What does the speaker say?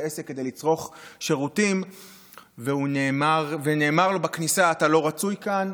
עסק כדי לצרוך שירותים ונאמר לו בכניסה: אתה לא רצוי כאן,